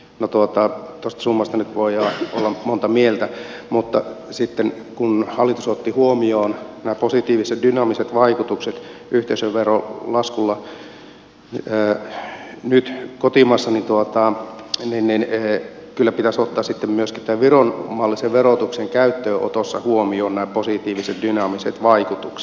no tuosta summasta nyt voidaan olla monta mieltä mutta kun hallitus otti huomioon nämä positiiviset dynaamiset vaikutukset yhteisöveron laskulla nyt kotimaassa niin kyllä pitäisi ottaa sitten myöskin viron mallisen verotuksen käyttöönotossa huomioon nämä positiiviset dynaamiset vaikutukset